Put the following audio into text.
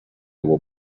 will